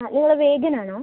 ആ നിങ്ങൾ വേഗൻ ആണോ